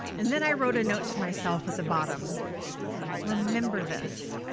and then i wrote a note to myself at the bottom remember this.